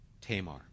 Tamar